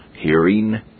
hearing